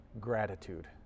gratitude